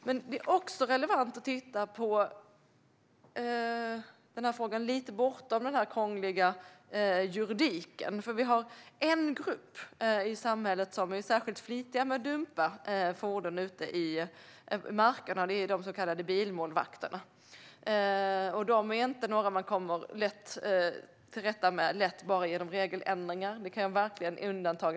Men det är också relevant att titta på den här frågan lite bortom den krångliga juridiken. Vi har en grupp i samhället som är särskilt flitig med att dumpa fordon ute i markerna, och det är de så kallade bilmålvakterna. De är inga man kommer till rätta med lätt bara genom regeländringar. Det kan jag verkligen intyga.